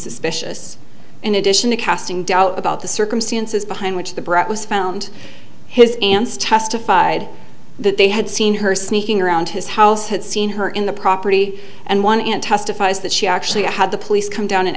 suspicious in addition to casting doubt about the circumstances behind which they brought was found his aunt's testified that they had seen her sneaking around his house had seen her in the property and one and testifies that she actually had the police come down and